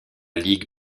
ligue